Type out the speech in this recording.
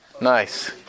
Nice